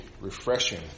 refreshing